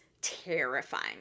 terrifying